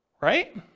right